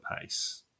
pace